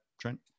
trent